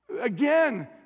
Again